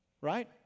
Right